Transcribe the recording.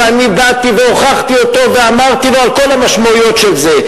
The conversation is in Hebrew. ואני באתי והוכחתי אותו ואמרתי לו על כל המשמעויות של זה.